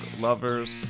lovers